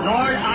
Lord